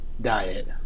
diet